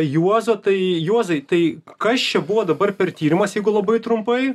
juozo tai juozai tai kas čia buvo dabar per tyrimas jeigu labai trumpai